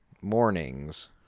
Mornings